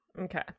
Okay